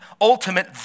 ultimate